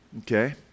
Okay